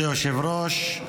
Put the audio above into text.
מכובדי היושב-ראש,